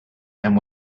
and